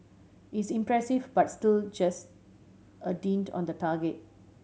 it's impressive but still just a dint on the target